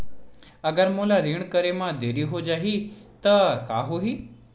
अगर मोला ऋण करे म देरी हो जाहि त का होही?